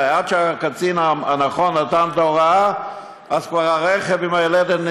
עד שהקצין הנכון נתן את ההוראה אז כבר הרכב עם היולדת,